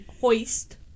hoist